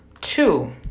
Two